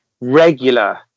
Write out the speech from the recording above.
regular